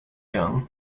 young